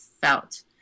felt